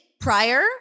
prior